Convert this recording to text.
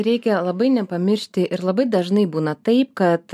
reikia labai nepamiršti ir labai dažnai būna tai kad